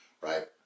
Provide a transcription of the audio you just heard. right